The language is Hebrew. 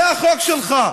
זה החוק שלך,